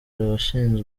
abashinzwe